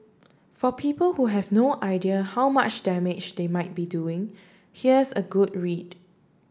for people who have no idea how much damage they might be doing here's a good read